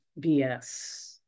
BS